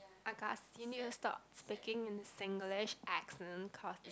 my god you needa stop speaking in a Singlish accent cause